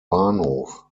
bahnhof